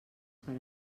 per